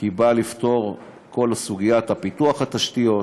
באה לפתור את כל סוגיית פיתוח התשתיות.